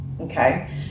okay